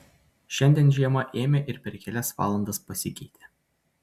šiandien žiema ėmė ir per kelias valandas pasikeitė